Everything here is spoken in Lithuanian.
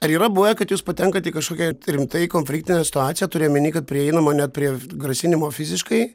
ar yra buvę kad jūs patenkate į kažkokią rimtai konfliktinę situaciją turiu omeny kad prieinama net prie grasinimų fiziškai